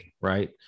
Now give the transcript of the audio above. right